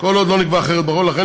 כל עוד לא נקבע אחרת בחוק,